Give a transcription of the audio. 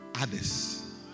Others